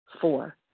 Four